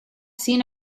seen